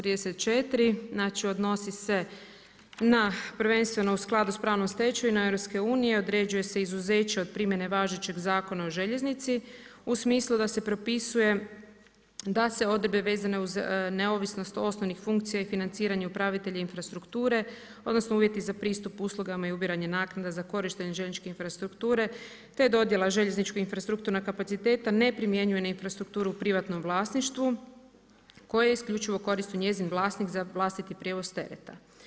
34 znači odnosi se na prvenstveno u skladu sa pravnom stečevinom EU, određuje se izuzeća od primjene važećeg Zakona o željeznici u smislu da se propisuje da se odredbe vezane uz neovisnost osnovnih funkcija i financiranja upravitelja infrastrukture, odnosno uvjeti za pristup uslugama i ubiranje naknada za korištenje željezničke infrastrukture te dodjela željeznička infrastrukturna kapaciteta ne primjenjuje na infrastrukturu u privatnom vlasništvu koje isključivo koristi njezin vlasnik za vlastiti prijevoz tereta.